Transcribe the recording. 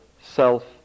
self